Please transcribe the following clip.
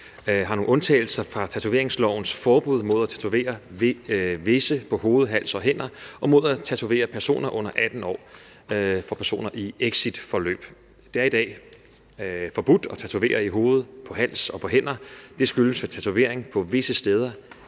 har nogle undtagelser fra tatoveringslovens forbud mod at tatovere i hoved, på hals og hænder og mod at tatovere personer under 18 år for personer i exitforløb. Det er i dag forbudt at tatovere i hoved, på hals og på hænder. Det skyldes, at tatovering på visse steder